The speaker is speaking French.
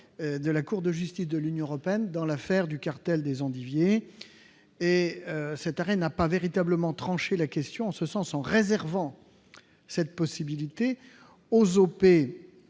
de la Cour de justice de l'Union européenne rendu dans l'affaire du cartel des endiviers. Cet arrêt n'a pas véritablement tranché la question en ce sens, en réservant cette possibilité aux OP